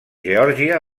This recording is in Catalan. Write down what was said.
geòrgia